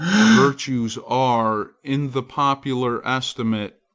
virtues are, in the popular estimate,